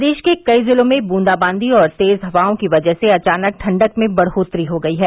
प्रदेश के कई जिलों में बूंदाबांदी और तेज़ हवाओं की वजह से अचानक ठंडक में बढ़ोत्तरी हो गई है